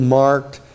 marked